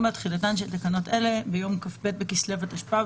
4. תחילתן של תקנות אלה ביום כ"ב בכסלו התשפ"ב,